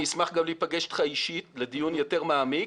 אני אשמח גם להיפגש אתך אישית לדיון יותר מעמיק.